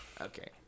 Okay